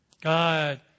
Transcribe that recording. God